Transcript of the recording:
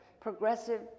progressive